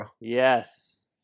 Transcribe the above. Yes